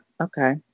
okay